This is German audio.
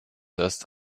erst